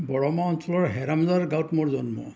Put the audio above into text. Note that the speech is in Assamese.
বৰমা অঞ্চলৰ হেৰামজাৰ গাঁৱত মোৰ জন্ম